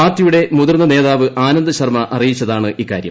പാർട്ടിയുടെ മുതിർന്ന നേതാവ് ആനന്ദ് ശർമ്മ അറിയിച്ചതാണ് ഇക്കാര്യം